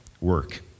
work